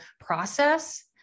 process